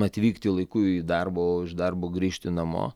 atvykti laiku į darbą o iš darbo grįžti namo